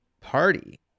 party